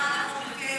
עברה על החוק,